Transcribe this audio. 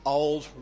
old